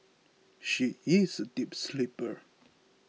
she is a deep sleeper